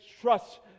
trust